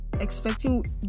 expecting